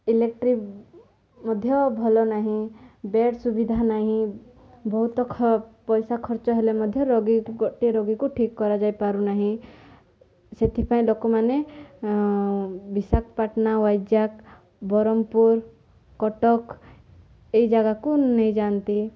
electric ମଧ୍ୟ ଭଲ ନାହିଁ ବେଡ଼୍ ସୁବିଧା ନାହିଁ ବହୁତ ପଇସା ଖର୍ଚ୍ଚ ହେଲେ ମଧ୍ୟ ରୋଗୀ ଗୋଟିଏ ରୋଗୀକୁ ଠିକ୍ କରାଯାଇପାରୁନାହିଁ ସେଥିପାଇଁ ଲୋକମାନେ ବିଶାଖାପାଟଣା ୱାଇଜାକ ବ୍ରହ୍ମପୁର କଟକ ଏଇ ଜାଗାକୁ ନେଇଯାଆନ୍ତି